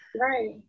right